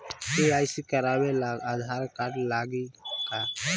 KYC करावे ला Aadhaar card लागी का?